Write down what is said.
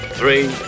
three